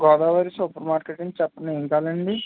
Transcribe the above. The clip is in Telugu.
గోదావరి సూపర్ మార్కెట్ అండి చెప్పండి ఏం కావాలండి